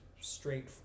straight